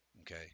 Okay